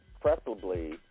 preferably